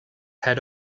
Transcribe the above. head